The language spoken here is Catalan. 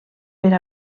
per